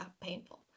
painful